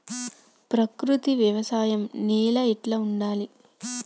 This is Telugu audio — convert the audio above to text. ప్రకృతి వ్యవసాయం నేల ఎట్లా ఉండాలి?